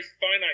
finite